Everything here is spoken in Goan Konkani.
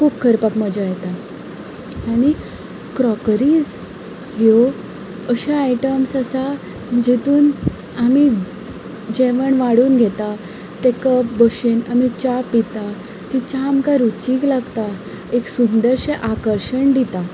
कूक करपाक मजा येता आनी क्रॉकरीज ह्यो अशे आयट्मस आसा जितून आमी जेवण वाडून घेता ते कप बशयेंत आमी च्या पिता ती च्या आमकां रुचीक लागता एक सुंदरशें आकर्शन दिता